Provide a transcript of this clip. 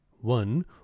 One